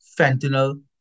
fentanyl